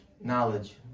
knowledge